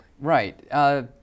Right